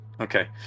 Okay